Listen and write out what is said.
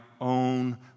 own